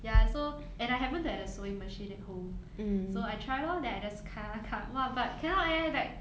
ya so and I happen to have a sewing machine at home so I try lor then I just cut cut cut cut !wah! but cannot eh like